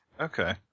Okay